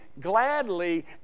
gladly